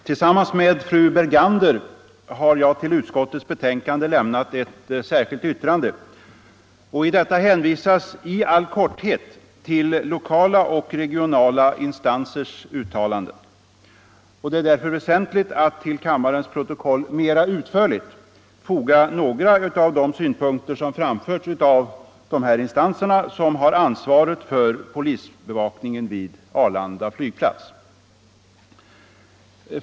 Herr talman! Tillsammans med fru Bergander har jag till utskottets betänkande fogat ett särskilt yttrande. I detta hänvisas i all korthet till lokala och regionala instansers uttalanden. Det är därför väsentligt att i kammarens protokoll mer utförligt redovisa några av de synpunkter som framförts av de instanser som har ansvaret för polisbevakningen vid Arlanda flygplats.